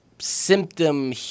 Symptom